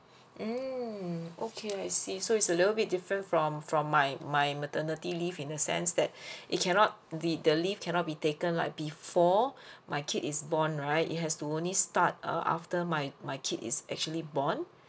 mm okay I see so it's a little bit different from from my my maternity leave in a sense that it cannot the the leave cannot be taken like before my kid is born right it has to only start err after my my kid is actually born